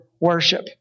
worship